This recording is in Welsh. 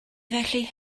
felly